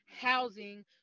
housing